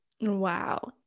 Wow